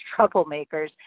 troublemakers